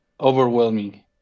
overwhelming